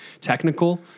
technical